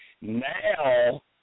now